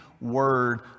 word